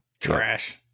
Trash